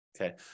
okay